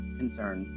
concern